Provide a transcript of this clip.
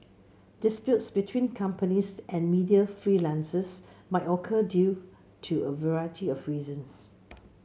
disputes between companies and media freelancers might occur due to a variety of reasons